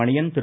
Maniyan Thiru